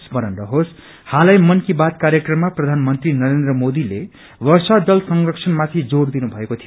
स्मरण रहोस् हालै मनकीबात कार्यक्रममा प्रधानमन्त्री नरेन्द्र मोदीले वर्षा जल संरक्षणमाथि जोड़ दिनु भएको थियो